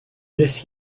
this